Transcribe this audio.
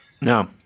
No